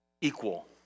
Equal